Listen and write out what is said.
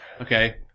Okay